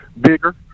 bigger